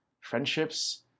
friendships